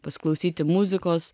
pasiklausyti muzikos